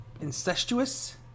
incestuous